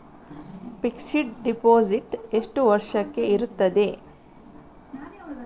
Fixed deposit ಎಷ್ಟು ವರ್ಷಕ್ಕೆ ಇರುತ್ತದೆ?